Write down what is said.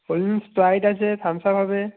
cold drinks Sprite আছে Thums Up হবে